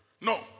No